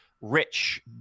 rich